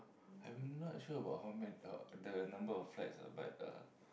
I'm not sure about how man~ the number of flights ah but uh